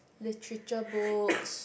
literature books